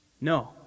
No